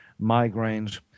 migraines